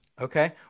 okay